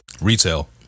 Retail